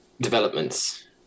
developments